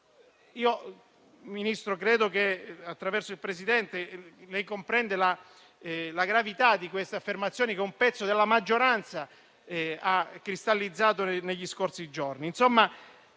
Ministro, credo che lei comprenda la gravità di questa affermazione che un pezzo della maggioranza ha cristallizzato negli scorsi giorni.